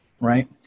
right